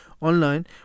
online